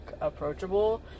approachable